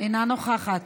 אינה נוכחת.